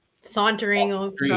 sauntering